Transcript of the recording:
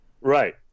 Right